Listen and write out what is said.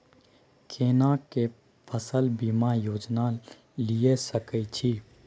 केना के फसल बीमा योजना लीए सके छी?